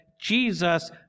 Jesus